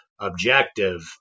objective